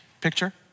Picture